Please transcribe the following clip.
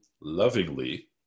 lovingly